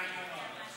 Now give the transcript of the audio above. עין הרע.